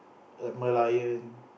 like Merlion